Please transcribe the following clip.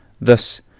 thus